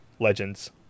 legends